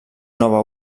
nova